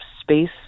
space